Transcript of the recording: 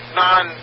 non